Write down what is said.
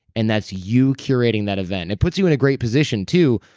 and that's you curating that event it puts you in a great position too,